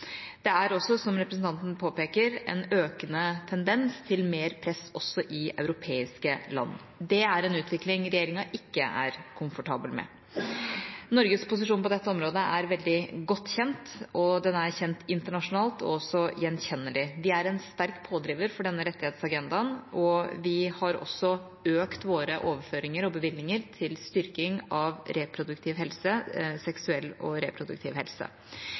Det er også, som representanten påpeker, en økende tendens til mer press også i europeiske land. Det er en utvikling regjeringa ikke er komfortabel med. Norges posisjon på dette området er veldig godt kjent, og den er kjent internasjonalt og også gjenkjennelig. Vi er en sterk pådriver for denne rettighetsagendaen, og vi har økt våre overføringer og bevilgninger til styrking av seksuell og reproduktiv helse.